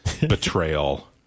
betrayal